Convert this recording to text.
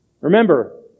Remember